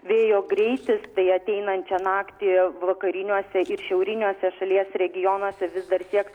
vėjo greitis tai ateinančią naktį vakariniuose ir šiauriniuose šalies regionuose vis dar sieks